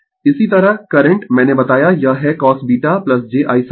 इसी तरह करंट मैंने बताया यह है cosβ j I sin β